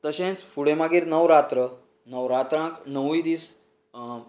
तशेंच फुडें मागीर नवरात्र नवरात्रांक णवय दीस